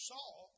Saul